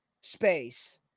space